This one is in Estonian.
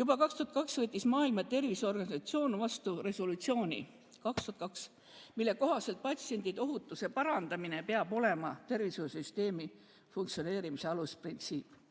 Juba 2002 võttis Maailma Terviseorganisatsioon vastu resolutsiooni – 2002! –, mille kohaselt patsiendiohutuse parandamine peab olema tervishoiusüsteemi funktsioneerimise alusprintsiip.